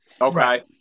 Okay